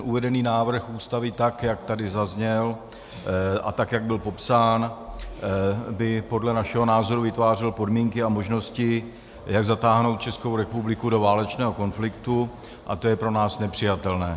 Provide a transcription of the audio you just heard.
Uvedený návrh Ústavy, tak jak tady zazněl a tak jak byl popsán, by podle našeho názoru vytvářel podmínky a možnosti, jak zatáhnout Českou republiku do válečného konfliktu, a to je pro nás nepřijatelné.